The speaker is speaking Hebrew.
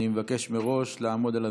אני מבקש מראש לעמוד בזמנים.